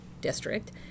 district